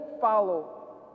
follow